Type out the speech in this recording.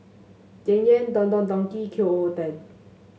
Yan Yan Don Don Donki and Qoo ten